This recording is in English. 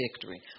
victory